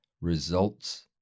Results